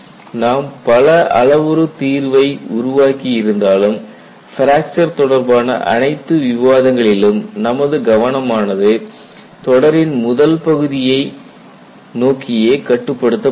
நாம் பல அளவுரு தீர்வை உருவாக்கியிருந்தாலும் பிராக்சர் தொடர்பான அனைத்து விவாதங்களிலும் நமது கவனமானது தொடரின் முதல் பகுதியை நோக்கியே கட்டுப்படுத்தப்படுகிறது